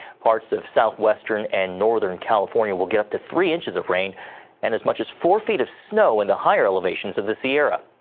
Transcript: parts of southwestern and northern california will get up to three inches of rain and as much as four feet of snow in the higher elevations of the sierra.